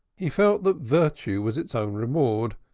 he felt that virtue was its own reward,